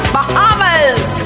Bahamas